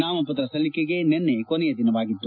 ನಾಮಪತ್ರ ಸಲ್ಲಿಕೆಗೆ ನಿನ್ನೆ ಕೊನೆಯ ದಿನವಾಗಿತ್ತು